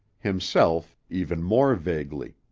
himself even more vaguely.